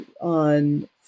on